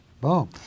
Boom